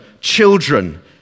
children